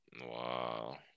Wow